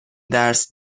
درس